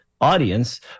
audience